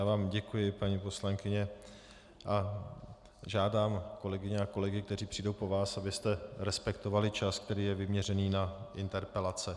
Já vám děkuji, paní poslankyně, a žádám kolegyně a kolegy, kteří přijdou po vás, abyste respektovali čas, který je vyměřený na interpelace.